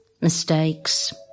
Mistakes